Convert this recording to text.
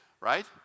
right